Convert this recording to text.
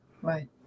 Right